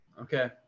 Okay